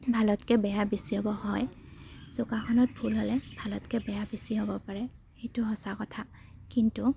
ভালতকৈ বেয়া বেছি হ'ব হয় যোগাসনত ভুল হ'লে ভালতকৈ বেয়া বেছি হ'ব পাৰে সেইটো সঁচা কথা কিন্তু